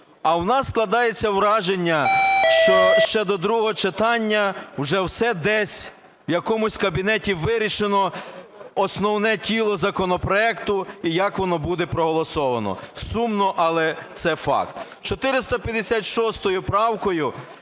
А у нас складається враження, що ще до другого читання вже все десь, в якомусь кабінеті вирішено, основне тіло законопроекту, і як воно буде проголосовано. Сумно, але це факт.